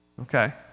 Okay